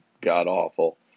god-awful